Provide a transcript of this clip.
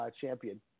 champion